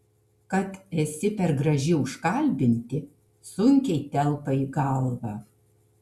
kad esi per graži užkalbinti sunkiai telpa į galvą